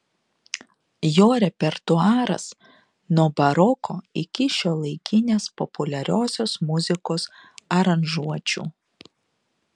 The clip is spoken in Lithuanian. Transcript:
jo repertuaras nuo baroko iki šiuolaikinės populiariosios muzikos aranžuočių